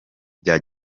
bya